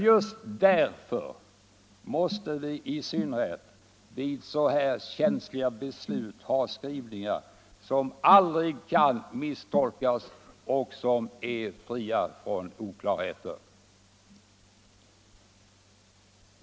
Just därför måste vi, i synnerhet vid så här känsliga beslut, ha skrivningar som aldrig kan misstolkas och som är fria från oklarheter.